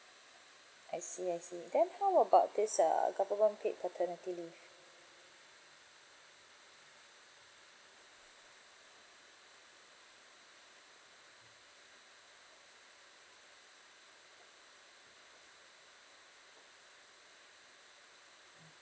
I see I see then how about this uh government paid paternity leave mm